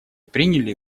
приняли